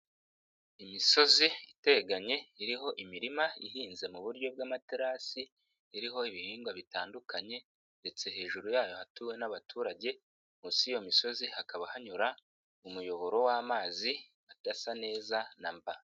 Imisozi iteganye iriho imirima ihinze mu buryo bw'amaterasi, iriho ibihingwa bitandukanye ndetse hejuru yayo hatuwe n'abaturage, munsi y'iyo misozi hakaba hanyura umuyoboro w'amazi adasa neza na mba.